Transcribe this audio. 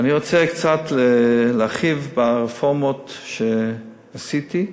ואני רוצה קצת להרחיב ברפורמות שעשיתי,